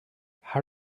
how